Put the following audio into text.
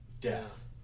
death